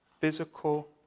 physical